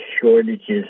shortages